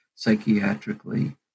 psychiatrically